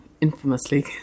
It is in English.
infamously